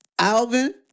Alvin